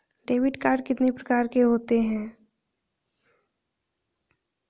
Debit card कितनी प्रकार के होते हैं?